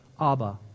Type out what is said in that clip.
Abba